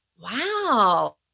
wow